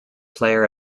player